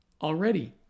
already